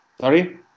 Sorry